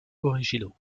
originaux